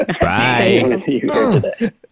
Bye